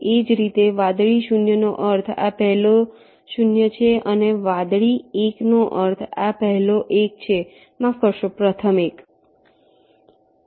એ જ રીતે વાદળી 0 નો અર્થ આ પહેલો 0 છે અને વાદળી 1 નો અર્થ છે આ પહેલો 1 છે માફ કરશો પ્રથમ 1